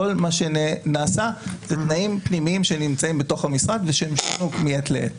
כל מה שנעשה אלה תנאים פנימיים שנמצאים בתוך המשרד ושהם השתנו מעת לעת.